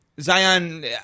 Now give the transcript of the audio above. Zion